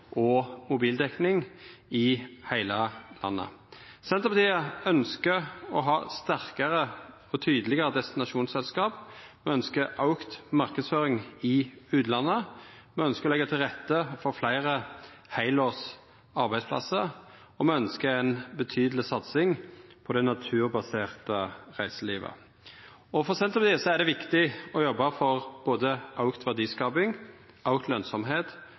breiband og mobildekning i heile landet. Senterpartiet ynskjer å ha sterkare og tydelegare destinasjonsselskap, me ynskjer auka marknadsføring i utlandet, me ynskjer å leggja til rette for fleire heilårs arbeidsplassar, og me ynskjer ei betydeleg satsing på det naturbaserte reiselivet. For Senterpartiet er det viktig å jobba for både auka verdiskaping,